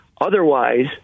Otherwise